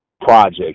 project